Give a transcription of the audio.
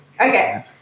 Okay